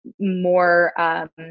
more